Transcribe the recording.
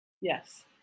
Yes